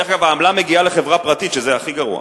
ודרך אגב, העמלה מגיעה לחברה פרטית, שזה הכי גרוע.